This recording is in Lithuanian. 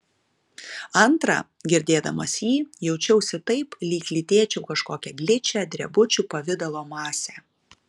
antra girdėdamas jį jaučiausi taip lyg lytėčiau kažkokią gličią drebučių pavidalo masę